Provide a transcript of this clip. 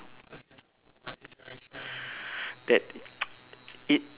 that it